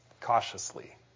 cautiously